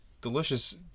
delicious